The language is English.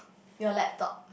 your laptop